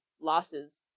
losses